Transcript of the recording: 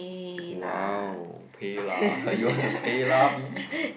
!wow! PayLah you want to PayLah me